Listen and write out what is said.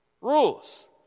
Rules